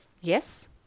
Yes